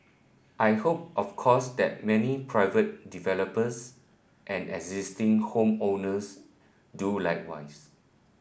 I hope of course that many private developers and existing home owners do likewise